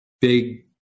big